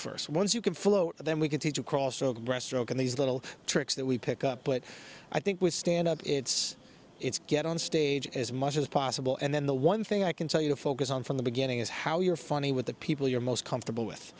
first once you can float and then we can teach across breaststroke and these little tricks that we pick up but i think with standup it's it's get on stage as much as possible and then the one thing i can tell you to focus on from the beginning is how you're funny with the people you're most comfortable with